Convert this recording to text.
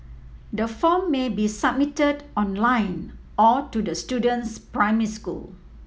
the form may be submitted online or to the student's primary school